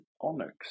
onyx